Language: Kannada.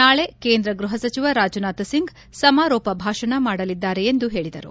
ನಾಳೆ ಕೇಂದ್ರ ಗೃಹ ಸಚಿವ ರಾಜನಾಥ್ ಸಿಂಗ್ ಸಮಾರೋಪ ಭಾಷಣ ಮಾಡಲಿದ್ದಾರೆ ಎಂದು ಹೇಳಿದರು